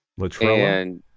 Latrella